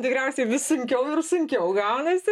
tikriausiai vis sunkiau ir sunkiau gaunasi